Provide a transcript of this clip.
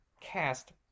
cast